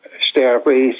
stairways